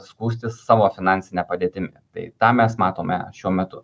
skųstis savo finansine padėtimi tai tą mes matome šiuo metu